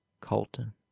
colton